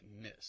miss